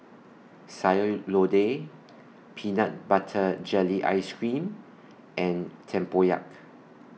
Sayur Lodeh Peanut Butter Jelly Ice Cream and Tempoyak